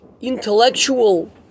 intellectual